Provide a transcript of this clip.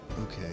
Okay